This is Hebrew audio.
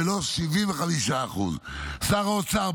ולא 75%. שר האוצר,